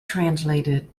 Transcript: translated